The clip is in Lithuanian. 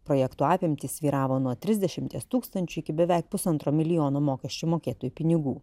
projektų apimtis svyravo nuo trsdešimties tūkstančių iki beveik pusantro milijono mokesčių mokėtojų pinigų